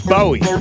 Bowie